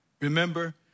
Remember